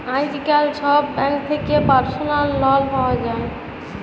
আইজকাল ছব ব্যাংক থ্যাকে পার্সলাল লল পাউয়া যায়